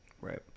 right